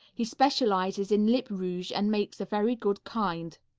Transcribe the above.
he specializes in lip rouge and makes a very good kind.